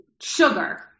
sugar